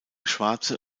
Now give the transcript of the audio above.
schwarze